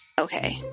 Okay